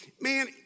man